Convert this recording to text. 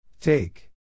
Take